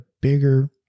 bigger